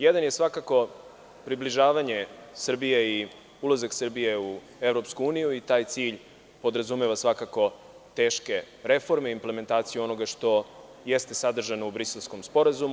Jedan je svakako približavanje Srbije i ulazak Srbije u EU i taj cilj podrazumeva svakako teške reforme i implementaciju onoga što jeste sadržano u Briselskom sporazumu.